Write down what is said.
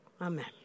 Amen